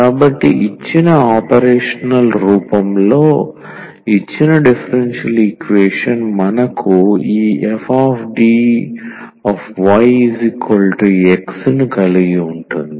కాబట్టి ఇచ్చిన ఆపరేషనల్ రూపంలో ఇచ్చిన డిఫరెన్షియల్ ఈక్వేషన్ మనకు ఈ fDyX ను కలిగి ఉంటుంది